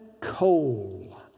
coal